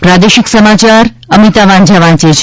પ્રાદેશિક સમાચાર અમિતા વાંઝા વાંચે છે